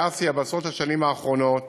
באסיה בעשרות השנים האחרונות.